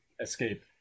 escape